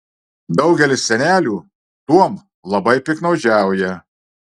daugelis senelių tuom labai piktnaudžiauja